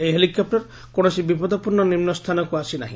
ଏହି ହେଲିକେପ୍ଟର କୌଣସି ବିପଦପୂର୍ଣ୍ଣ ନିମ୍ନ ସ୍ଥାନକୁ ଆସିନାହି